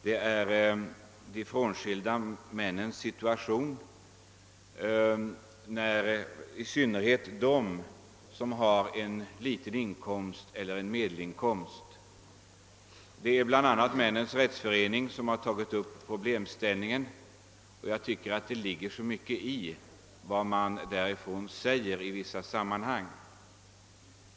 Det gäller de frånskilda männens situation, i synnerhet dem som har en liten eller medelstor inkomst. Männens rättsförening har tagit upp problemställningen, och jag tycker det ligger mycket i vad man säger.